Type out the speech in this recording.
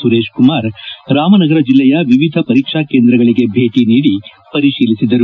ಸುರೇತ್ ಕುಮಾರ್ ರಾಮನಗರ ಜಿಲ್ಲೆಯ ವಿವಿಧ ಪರೀಕ್ಷಾ ಕೇಂದ್ರಗಳಿಗೆ ಭೇಟಿ ನೀಡಿ ಪರಿತೀಲಿಸಿದರು